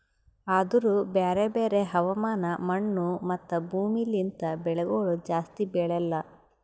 ಆದೂರು ಬ್ಯಾರೆ ಬ್ಯಾರೆ ಹವಾಮಾನ, ಮಣ್ಣು, ಮತ್ತ ಭೂಮಿ ಲಿಂತ್ ಬೆಳಿಗೊಳ್ ಜಾಸ್ತಿ ಬೆಳೆಲ್ಲಾ